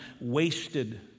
wasted